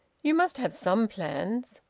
you must have some plans?